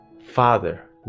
Father